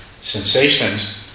sensations